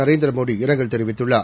நரேந்திர மோடி இரங்கல் தெரிவித்துள்ளார்